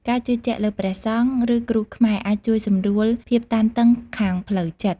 ការជឿជាក់លើព្រះសង្ឃ ឬគ្រូខ្មែរអាចជួយសម្រួលភាពតានតឹងខាងផ្លូវចិត្ត។